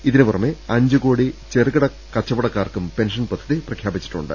ഇതിനു പുറമെ അഞ്ചു കോടി ചെറുകിട കച്ചവടക്കാർക്കും പെൻഷൻ പദ്ധതി പ്രഖ്യാപിച്ചിട്ടുണ്ട്